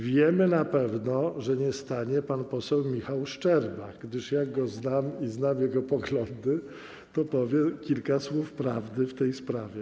Wiemy na pewno, że nie stanie pan poseł Michał Szczerba, gdyż jak go znam i znam jego poglądy, to powie kilka słów prawdy w tej sprawie.